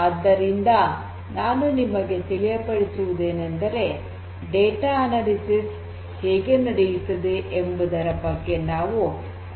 ಆದ್ದರಿಂದ ನಾನು ನಿಮಗೆ ತಿಳಿಯಪಡಿಸುವುದೇನೆಂದರೆ ಡೇಟಾ ಅನಾಲಿಸಿಸ್ ಹೇಗೆ ನಡೆಯುತ್ತದೆ ಎಂಬುದರ ಬಗ್ಗೆ ನಾವು ಅರ್ಥ ಮಾಡಿಕೊಳ್ಳಬೇಕು